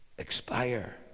Expire